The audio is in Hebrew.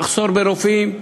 מחסור ברופאים,